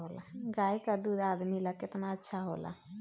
गाय का दूध आदमी ला कितना अच्छा होला?